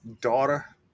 daughter